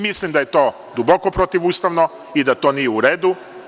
Mislim da je to duboko protivustavno i da to nije u redu.